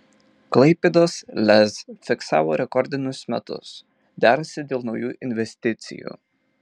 klaipėdos lez fiksavo rekordinius metus derasi dėl naujų investicijų